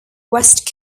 west